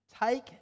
take